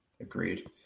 agreed